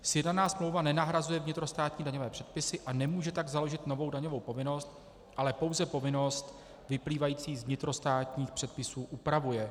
Sjednaná smlouva nenahrazuje vnitrostátní daňové předpisy, a nemůže tak založit novou daňovou povinnost, ale pouze povinnost vyplývající z vnitrostátních předpisů upravuje.